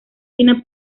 fina